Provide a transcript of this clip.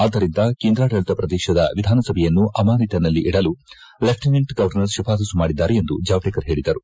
ಆದ್ಲಿರಿಂದ ಕೇಂದ್ರಾಡಳಿತ ಪ್ರದೇಶದ ವಿಧಾನಸಭೆಯನ್ನು ಆಮಾನಶಿನಲ್ಲಿಡಲು ಲೆಫ್ಟಿನೆಂಟ್ ಗವರ್ನರ್ ಶಿಫಾರಸು ಮಾಡಿದ್ದಾರೆ ಎಂದು ಜಾವಡೇಕರ್ ಹೇಳದರು